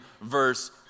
verse